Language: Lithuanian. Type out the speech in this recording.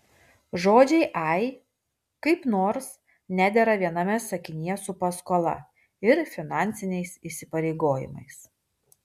žodžiai ai kaip nors nedera viename sakinyje su paskola ir finansiniais įsipareigojimais